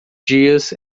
dias